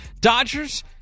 Dodgers